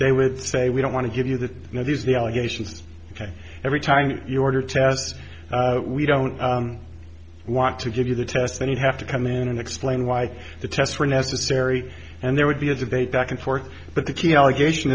they would say we don't want to give you that you know these are the allegations ok every time you order tests we don't want to give you the tests then you have to come in and explain why the tests were necessary and there would be a debate back and forth but the key allegation